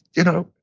you know,